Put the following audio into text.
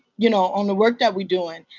you know, all the work that we're doing.